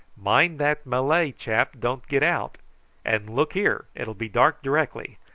mind that malay chap don't get out and look here, it will be dark directly,